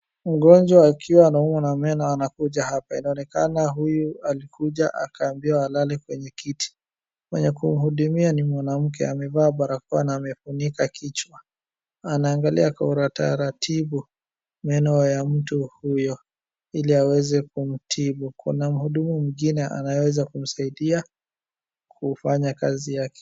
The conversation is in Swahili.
Mgonjwa akiwa anaumwa na meno anakuja hapa. Inaonekana alikuja akaambiwa alale kwa kiti. Mwenye kumhudumia ni mwanamke amevaa barakoa na amefunika kichwa, anaangalia kwa utaratibu meno ya mtu huyo ili aweze kumtibu. Mhudumu mwingine anayeweza kumsaidia kufanya kazi yake.